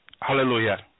Hallelujah